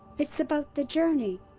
it's about the journey,